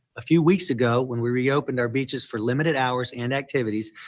a few weeks ago when we reopen their beaches for limited hours and activities.